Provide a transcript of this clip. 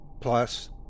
Plus